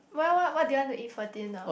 well what what do you want to eat for dinner